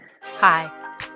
Hi